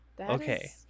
Okay